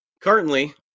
currently